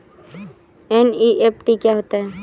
NEFT क्या होता है?